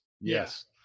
Yes